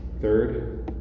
Third